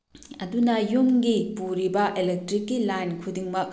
ꯑꯗꯨꯅ ꯌꯨꯝꯒꯤ ꯄꯨꯔꯤꯕ ꯏꯂꯦꯛꯇ꯭ꯔꯤꯛꯀꯤ ꯂꯥꯏꯟ ꯈꯨꯗꯤꯡꯃꯛ